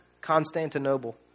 Constantinople